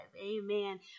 Amen